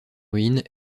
ruines